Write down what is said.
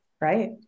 Right